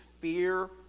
fear